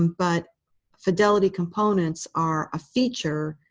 but fidelity components are a feature.